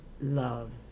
love